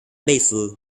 basil